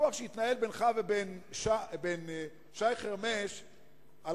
הוויכוח שהתנהל בינך לבין שי חרמש על